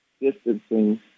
distancing